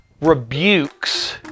rebukes